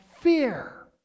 fear